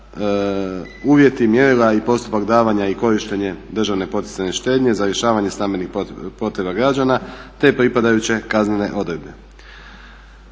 uvjeti, mjerila i postupak davanja i korištenje državne poticajne štednje za rješavanje stambenih potreba građana, te pripadajuće kaznene odredbe.